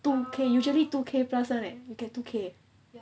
can usually two K plus [one] eh you can get two K